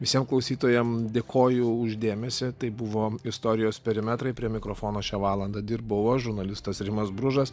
visiem klausytojam dėkoju už dėmesį tai buvo istorijos perimetrai prie mikrofono šią valandą dirbau aš žurnalistas rimas bružas